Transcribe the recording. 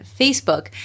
Facebook